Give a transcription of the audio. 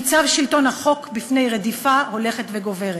ניצב שלטון החוק בפני רדיפה הולכת וגוברת.